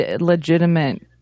legitimate